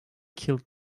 killed